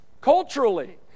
culturally